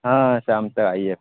ہاں شام کو آئیے